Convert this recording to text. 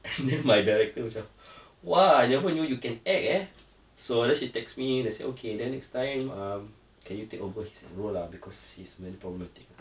and then my director macam !wah! I never knew you can act eh so then she text me then say okay then next time um can you take over his role lah because he's very problematic